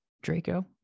Draco